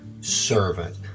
servant